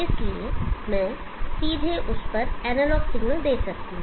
इसलिए मैं सीधे उस पर एनालॉग सिग्नल दे सकता हूं